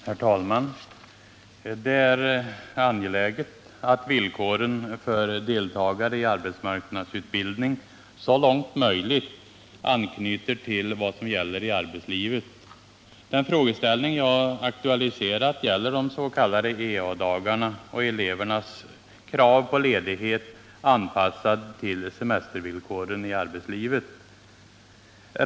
Herr talman! Det är angeläget att villkoren för deltagare i arbetsmarknadsutbildning, så långt möjligt, anknyter till vad som gäller i arbetslivet. Den frågeställning jag aktualiserat gäller de s.k. ea-dagarna och elevernas krav på ledighet anpassad till semestervillkoren i arbetslivet.